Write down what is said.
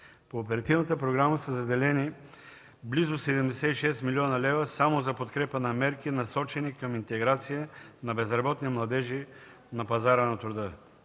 По оперативната програма са заделени близо 76 млн. лв. само за подкрепа на мерки, насочени към интеграция на безработни младежи на пазара на труда.